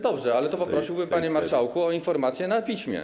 Dobrze, ale to poprosiłbym, panie marszałku, o informację na piśmie.